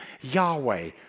Yahweh